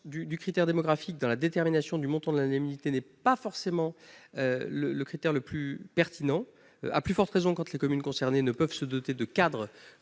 du critère démographique dans la détermination du montant de l'indemnité n'est pas forcément pertinente, à plus forte raison quand les communes concernées ne peuvent se doter de cadres